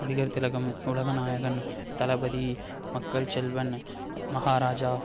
நடிகர் திலகம் உலக நாயகன் தளபதி மக்கள் செல்வன் மகாராஜா